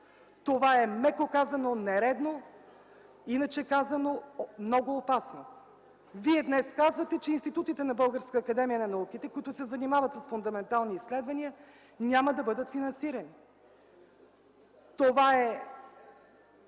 Това е, меко казано, нередно, иначе казано – много опасно. Вие днес казвате, че институтите на Българската академия на науките, които се занимават с фундаментални изследвания, няма да бъдат финансирани. Това е